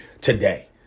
today